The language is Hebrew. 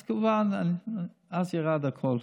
אז כמובן ירד הכול.